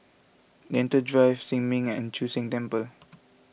Lentor Drive Sin Ming and Chu Sheng Temple